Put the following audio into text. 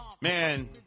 man